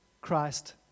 Christ